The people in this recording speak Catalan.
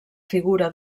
figura